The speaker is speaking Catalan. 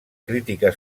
crítica